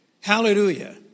Hallelujah